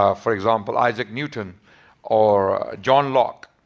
um for example isaac newton or john locke.